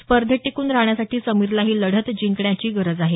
स्पर्धेत टिकून राहण्यासाठी समीरला ही लढत जिंकण्याची गरज आहे